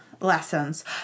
lessons